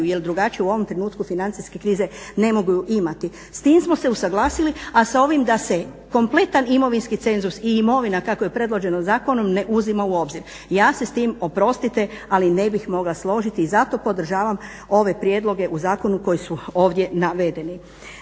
jer drugačiju u ovom trenutku financijske krize ne mogu imati. S tim smo se usuglasili a sa ovim da se kompletan imovinski cenzus i imovina kako je predvođeno zakonom ne uzima u obzir. Ja se s tim oprostite ali ne bih mogla složiti i zato podržavam ove prijedloge u zakonu koji su ovdje navedeni.